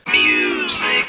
Music